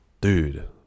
dude